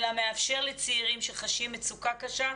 אלא מאפשר לצעירים שחשים מצוקה קשה,